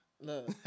Look